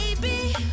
baby